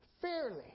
fairly